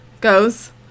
goes